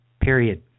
Period